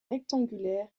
rectangulaire